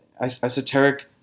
esoteric